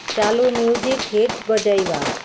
ଚାଲ music hit ବଜାଇବା